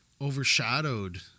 overshadowed